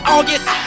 August